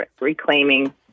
reclaiming